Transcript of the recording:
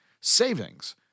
savings